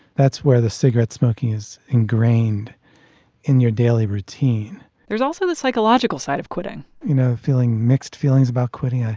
that's where the cigarette smoking is ingrained in your daily routine there's also the psychological side of quitting you know, feeling mixed feelings about quitting. yeah